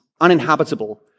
uninhabitable